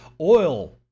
Oil